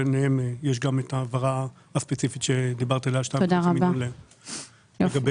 ביניהן יש גם את ההעברה הספציפית שדיברת עליה בסך 2.5 מיליון ש"ח.